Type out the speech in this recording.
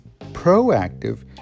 proactive